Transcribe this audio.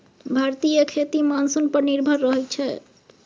भारतीय खेती मानसून पर निर्भर रहइ छै